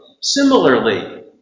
Similarly